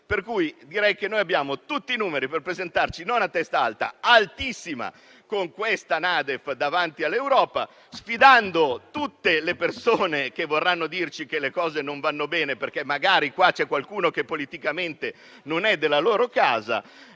Direi quindi che abbiamo tutti i numeri per presentarci non a testa alta, ma altissima, con questa NADEF davanti all'Europa, sfidando tutte le persone che vorranno dirci che le cose non vanno bene perché magari qua c'è qualcuno che politicamente non è della loro casa